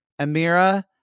Amira